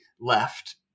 left